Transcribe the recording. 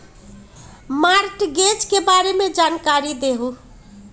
Mortgage के बारे में जानकारी देहु?